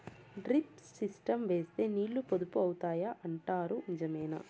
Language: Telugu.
డ్రిప్ సిస్టం వేస్తే నీళ్లు పొదుపు అవుతాయి అంటారు నిజమేనా?